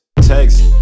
Text